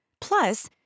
Plus